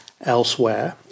elsewhere